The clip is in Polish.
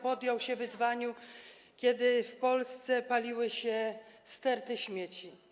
podjął się wyzwania, kiedy w Polsce paliły się sterty śmieci.